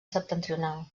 septentrional